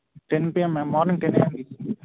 ten PM ma'am morning ten ఏయంకి